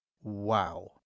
Wow